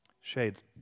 Shades